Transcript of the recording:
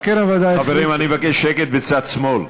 חברים, אני מבקש שקט בצד שמאל.